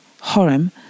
Horem